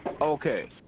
Okay